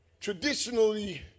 traditionally